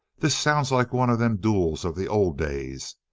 this sounds like one of them duels of the old days.